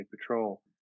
patrol